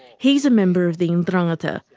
he's a member of the ndrangheta,